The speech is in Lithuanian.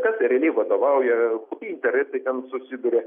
kas jai realiai vadovauja kokie interesai ten susiduria